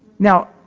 Now